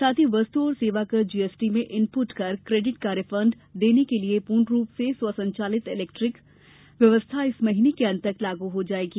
साथ ही वस्तु और सेवाकर जीएसटी में इनपुट कर क्रेडिट का रिफंड देने के लिए पूर्ण रूप से स्वसचालित इलेक्ट्रॉनिक व्यवस्था इस महीने के अंत तक लागू हो जाएगी